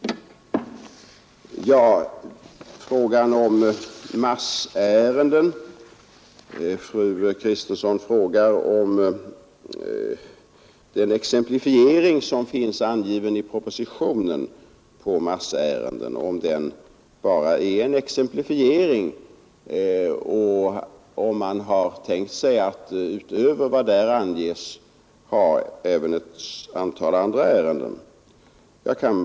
Fru Kristensson frågar om den exemplifiering av massärenden som finns angiven i propositionen bara är en exemplifiering eller om man har tänkt sig att utöver vad som anges även ett antal andra ärenden kan komma till.